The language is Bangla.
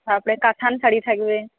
তারপরে কাতান শাড়ি থাকবে